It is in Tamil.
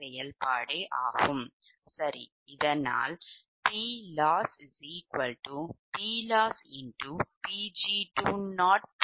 மேலும் இது ஒரு 𝑃𝑔2𝑃𝑔3 𝑃𝑔m இன் செயல்பாடு